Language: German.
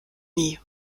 nie